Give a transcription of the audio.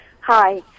Hi